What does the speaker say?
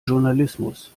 journalismus